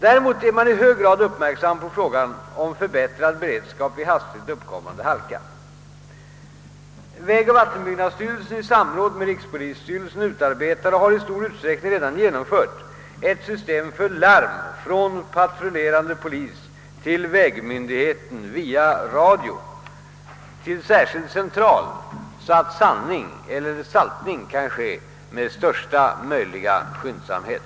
Däremot är man i hög grad uppmärksam på frågan om förbättrad beredskap vid hastigt uppkommande halka. Vägoch vattenbyggnadsstyrelsen i samråd med rikspolisstyrelsen utarbetar och har i stor utsträckning redan genomfört ett system för larm från patrullerande polis till vägmyndigheten via radio till särskild central så att sandning eller saltning kan ske med största möjliga skyndsamhet.